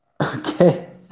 Okay